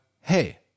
Hey